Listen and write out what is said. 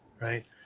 right